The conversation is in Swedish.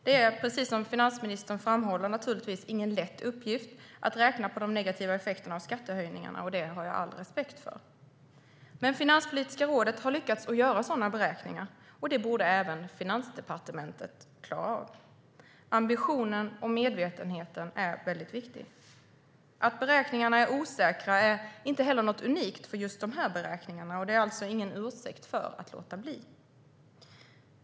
Det är, precis som finansministern framhåller, naturligtvis ingen lätt uppgift att räkna på de negativa effekterna av skattehöjningarna. Det har jag all respekt för. Men Finanspolitiska rådet har lyckats göra sådana beräkningar, och det borde även Finansdepartementet klara av. Ambitionen och medvetenheten är viktiga. Att beräkningarna är osäkra är heller inget unikt för just dessa beräkningar, och det är alltså ingen ursäkt för att låta bli.